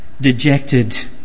dejected